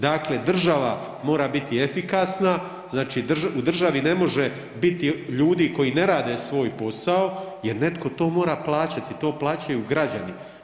Dakle, država mora biti efikasna, znači u državi ne može biti ljudi koji ne rade svoj posao jer netko to mora plaćati, to plaćaju građani.